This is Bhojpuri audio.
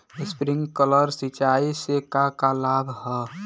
स्प्रिंकलर सिंचाई से का का लाभ ह?